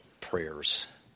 prayers